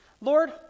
Lord